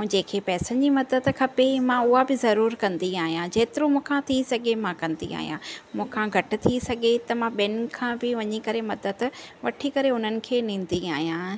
ऐं जेकी पैसनि जी मदद खपे मां उहा बि ज़रूरु कंदी आहियां जेतिरो मूंखा थी सघे मां कंदी आहियां मूंखा घटि थी सघे त मां ॿियनि खां बि वञी करे मदद वठी करे उन्हनि खे ॾींदी आहियां